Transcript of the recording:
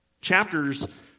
Chapters